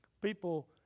People